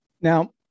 Now